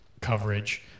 coverage